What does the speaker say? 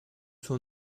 son